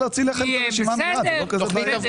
זה יהיה סכום אחר של קצת יותר ממיליארד שקל.